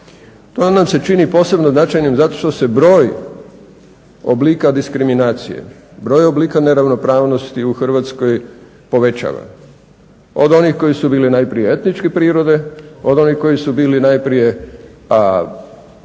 To nam se čini posebno značajnim zato što se broj oblika diskriminacije, broj oblika neravnopravnosti u Hrvatskoj povećava. Od onih koji su bili najprije etničke prirode, od onih koji su bili najprije spolne